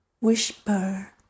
whisper